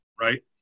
Right